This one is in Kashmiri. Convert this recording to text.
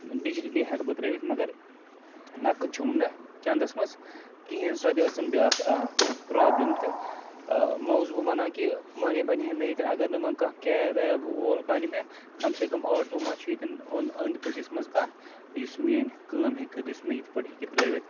ڈِجٹلی ہٮ۪کہٕ بہٕ ترٛٲوِتھ مگر نَقٕد چھُم نہٕ چَندَس منٛز کِہیٖنۍ سۄ تہِ ٲسٕم بیٛاکھ پرٛابلِم تہِ وۄنۍ اوسُس بہٕ وَنان کہِ وَنے بَنہِ ہا مےٚ ییٚتٮ۪ن اگر نہٕ وۄنۍ کانٛہہ کیب ویب وول بَنہِ مےٚ کَم سے کَم آٹوٗ مَہ چھُ ییٚتٮ۪ن اوٚنٛد أنٛدۍ پٔکِس منٛز کانٛہہ یُس میٛٲنۍ کٲم ہٮ۪کہٕ کٔرِتھ یُس مےٚ یِتھ پٲٹھۍ ہٮ۪کہِ ترٛٲوِتھ